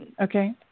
Okay